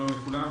שלום לכולם,